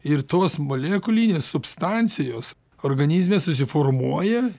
ir tos molekulinės substancijos organizme susiformuoja